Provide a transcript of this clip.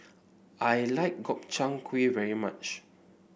I like Gobchang Gui very much